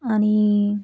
आणि